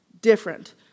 different